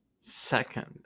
Second